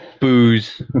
Booze